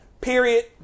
Period